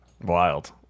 Wild